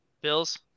Bills